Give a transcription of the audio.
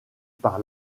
par